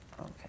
okay